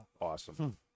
awesome